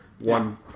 One